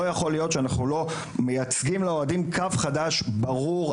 לא יכול להיות שאנחנו לא מייצגים לאוהדים קו חדש ברור,